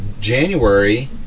January